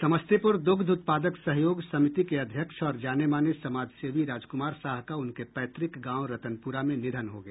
समस्तीपुर द्ग्ध उत्पादक सहयोग समिति के अध्यक्ष और जानेमाने समाजसेवी राजकुमार साह का उनके पैतृक गांव रतनपुरा में निधन हो गया